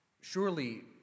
Surely